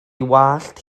wallt